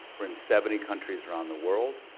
we're in seventy countries around the world.